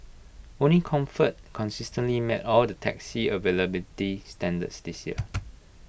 only comfort consistently met all the taxi availability standards this year